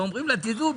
ואומרים לה: דעו,